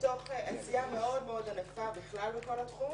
לתוך עשייה מאוד מאוד ענפה בכלל בכל התחום,